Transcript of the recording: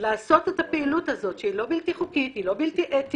לעשות את הפעילות הזו שהיא לא בלתי-חוקית ולא בלתי-אתית.